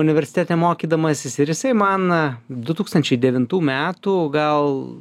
universitete mokydamasis ir jisai man du tūkstančiai devintų metų gal